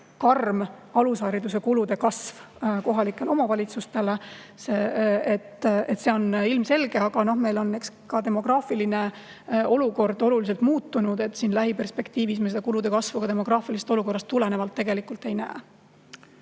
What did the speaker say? karm alushariduse kulude kasv kohalikele omavalitsustele, see on ilmselge, aga meil on demograafiline olukord oluliselt muutunud ja lähiperspektiivis me seda kulude kasvu ka demograafilisest olukorrast tulenevalt tegelikult ei näe.